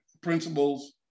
principles